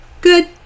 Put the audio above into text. good